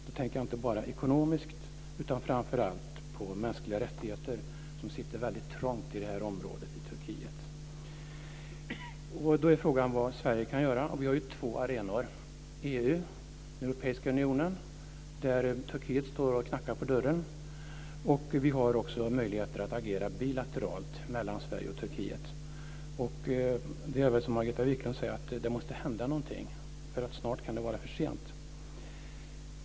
Då tänker jag inte bara ekonomiskt utan framför allt på mänskliga rättigheter, som sitter väldigt trångt i detta område i Turkiet. Då är frågan vad Sverige kan göra. Vi har två arenor. EU - den europeiska unionen - är en, där Turkiet knackar på dörren. Vi har också möjligheter att agera bilateralt mellan Sverige och Turkiet. Det är som Margareta Viklund säger: Det måste hända någonting, för snart kan det vara för sent.